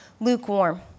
lukewarm